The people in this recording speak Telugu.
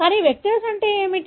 కాబట్టి వెక్టర్స్ అంటే ఏమిటి